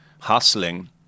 hustling